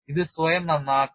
ഇത് സ്വയം നന്നാക്കണം